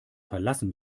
verlassen